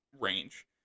range